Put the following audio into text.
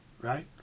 Right